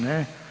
Ne.